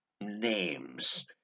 names